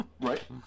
Right